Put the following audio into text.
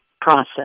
process